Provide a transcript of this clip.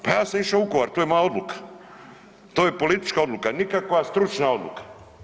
Pa ja sam išao u Vukovar to je moja odluka, to je politička odluka nikakva stručna odluka.